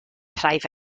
private